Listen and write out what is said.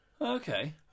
Okay